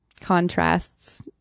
contrasts